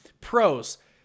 pros